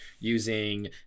using